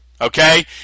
okay